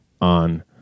on